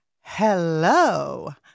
Hello